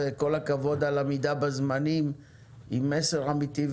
וכל הכבוד על עמידה בזמנים עם מסר אמיתי.